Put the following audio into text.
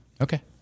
Okay